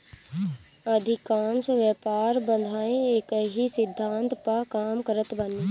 अधिकांश व्यापार बाधाएँ एकही सिद्धांत पअ काम करत बानी